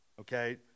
okay